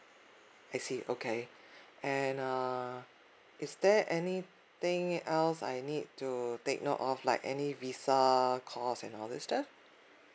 I see okay and err is there anything else I need to take note of like any visa cost and all these stuff